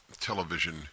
television